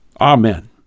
Amen